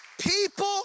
people